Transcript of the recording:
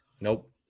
Nope